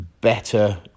better